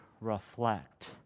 reflect